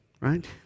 Right